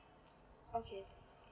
okay